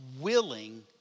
willing